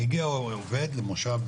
מגיע עובד למושב,